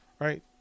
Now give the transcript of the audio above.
Right